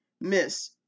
Miss